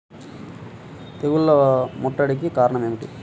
తెగుళ్ల ముట్టడికి కారణం ఏమిటి?